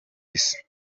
isi